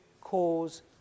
cause